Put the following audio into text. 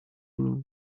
room